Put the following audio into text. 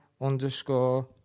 underscore